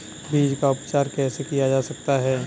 बीज का उपचार कैसे किया जा सकता है?